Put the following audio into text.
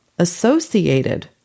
associated